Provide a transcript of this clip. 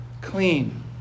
clean